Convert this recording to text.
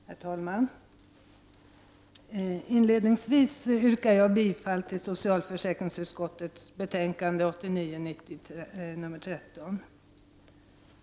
Herr talman! Inledningsvis vill jag yrka bifall till socialförsäkringsutskottets hemställan i betänkande 13.